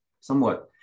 somewhat